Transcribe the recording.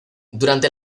durante